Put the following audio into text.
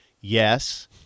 Yes